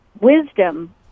wisdom